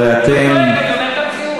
הרי אתם, לא צועק, אני אומר את המציאות.